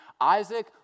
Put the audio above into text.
Isaac